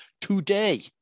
today